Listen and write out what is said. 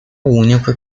único